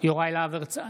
יוראי להב הרצנו,